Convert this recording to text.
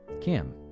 Kim